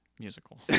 Musical